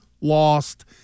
lost